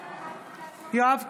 בעד יואב קיש,